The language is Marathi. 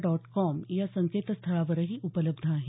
डॉट कॉम या संकेतस्थळावरही उपलब्ध आहे